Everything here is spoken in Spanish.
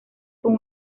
con